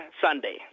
Sunday